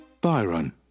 byron